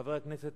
חבר הכנסת